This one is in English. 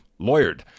Lawyered